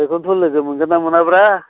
बेखौन्थ' लोगो मोनगोनना मोनाब्रा